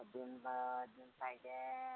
अजून बा अजून पाहिजे